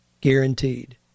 guaranteed